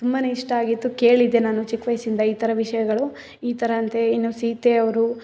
ತುಂಬ ಇಷ್ಟ ಆಗಿತ್ತು ಕೇಳಿದ್ದೆ ನಾನು ಚಿಕ್ಕ ವಯಸ್ಸಿಂದ ಈ ಥರ ವಿಷಯಗಳು ಈ ಥರ ಅಂತೆ ಇನ್ನು ಸೀತೆಯವರು